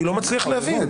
אני לא מצליח להבין.